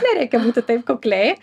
nereikia būti taip kukliai